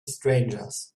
strangers